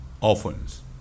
orphans